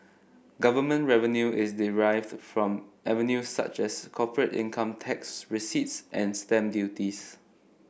government revenue is derived from avenues such as corporate income tax receipts and stamp duties